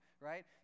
right